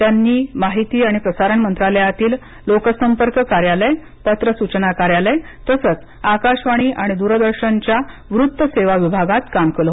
त्यांनी माहिती आणि प्रसारण मंत्रालयातील लोकसंपर्क कार्यालय पत्र सूचना कार्यालय तसच आकाशवाणी आणि द्रदर्शनच्या वृत्तसेवा विभागात काम केल